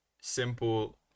simple